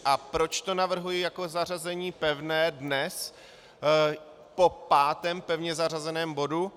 A proč to navrhuji jako zařazení pevné dnes po pátém pevně zařazeném bodu?